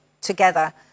together